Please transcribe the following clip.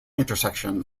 intersection